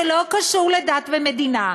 שלא קשור לדת ומדינה,